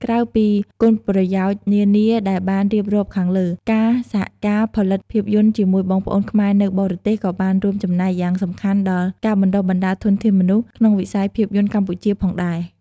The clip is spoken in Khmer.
ក្រៅពីគុណប្រយោជន៍នានាដែលបានរៀបរាប់ខាងលើ ការសហការផលិតភាពយន្តជាមួយបងប្អូនខ្មែរនៅបរទេសក៏បានរួមចំណែកយ៉ាងសំខាន់ដល់ ការបណ្តុះបណ្តាលធនធានមនុស្ស ក្នុងវិស័យភាពយន្តកម្ពុជាផងដែរ។